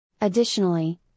Additionally